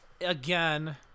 again